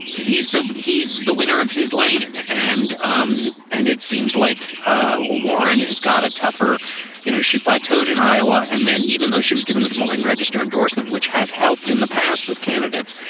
he's the he's the winner of his lane. and um and it seems like a warren has got a tougher you know, she plateaued in iowa. and then even though she was given the des moines register endorsement, which has helped in the past with candidates,